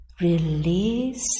release